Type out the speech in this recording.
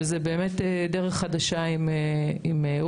זו דרך חדשה שאנחנו מתחילים לצעוד בה ביחד עם עורווה,